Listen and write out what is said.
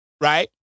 right